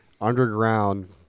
underground